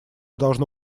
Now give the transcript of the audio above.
должно